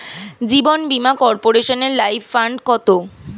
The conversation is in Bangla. জীবন বীমা কর্পোরেশনের লাইফ ফান্ড কত?